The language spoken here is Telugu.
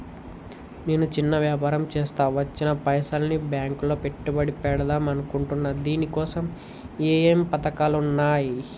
నేను చిన్న వ్యాపారం చేస్తా వచ్చిన పైసల్ని బ్యాంకులో పెట్టుబడి పెడదాం అనుకుంటున్నా దీనికోసం ఏమేం పథకాలు ఉన్నాయ్?